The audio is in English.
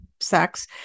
sex